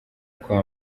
kwa